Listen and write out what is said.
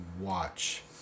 watch